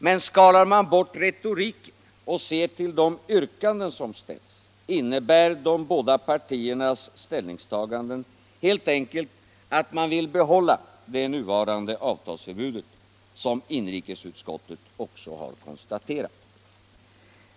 Men skalar vi bort retoriken och ser till de yrkanden som ställs, så finner vi att de båda partiernas ställningstaganden helt enkelt innebär att man vill behålla det nuvarande avtalsförbudet, som inrikesutskottet också har konstaterat.